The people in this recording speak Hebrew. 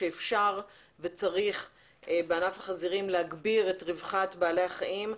שאפשר וצריך בענף החזירים להגביר את רווחת בעלי החיים.